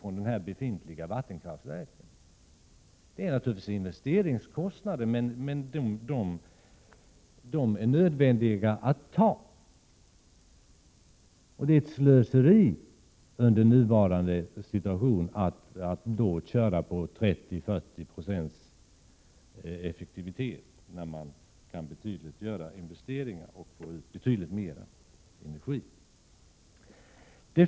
Visserligen innebär det investeringskostnader, men dessa är nödvändiga att bära. Under nuvarande situation är det ett slöseri att driva verken med 30 procents effektivitet när man genom att göra investeringar kan få ut väsentligt mer energi.